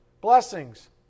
blessings